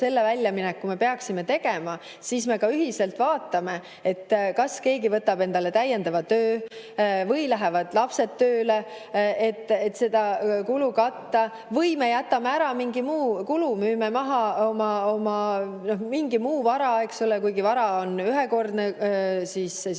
selle väljamineku me peaksime tegema, siis me ka ühiselt vaatame, kas keegi võtab endale täiendava töö või lähevad lapsed tööle, et seda kulu katta, või me jätame ära mingi muu kulu, müüme maha oma mingi muu vara, eks ole, kuigi vara on ühekordne tulu, see